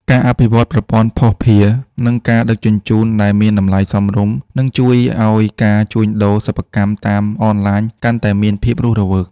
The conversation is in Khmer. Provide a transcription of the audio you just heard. ការអភិវឌ្ឍប្រព័ន្ធភស្តុភារ និងការដឹកជញ្ជូនដែលមានតម្លៃសមរម្យ នឹងជួយឱ្យការជួញដូរសិប្បកម្មតាមអនឡាញកាន់តែមានភាពរស់រវើក។